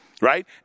right